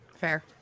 Fair